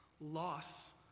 loss